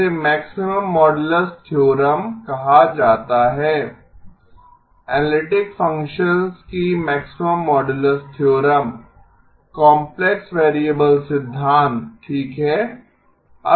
इसे maximum modulus theorem कहा जाता है एनालिटिक्स फ़ंक्शंस की maximum modulus theorem complex variable सिद्धांत ठीक है